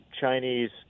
Chinese